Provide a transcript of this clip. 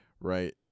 right